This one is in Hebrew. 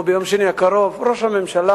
או ביום שני הקרוב, ראש הממשלה,